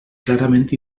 clarament